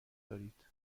دارید